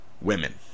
women